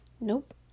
nope